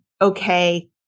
Okay